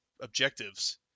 objectives